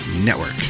network